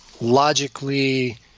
logically